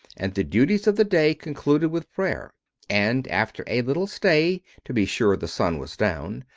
and the duties of the day concluded with prayer and, after a little stay, to be sure the sun was down,